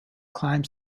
climb